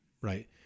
right